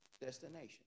destination